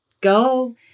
go